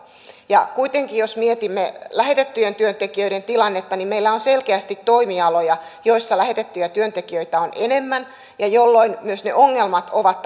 ja kuitenkin jos mietimme lähetettyjen työntekijöiden tilannetta meillä on selkeästi toimialoja joilla lähetettyjä työntekijöitä on enemmän ja jolloin myös ne ongelmat ovat